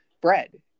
bread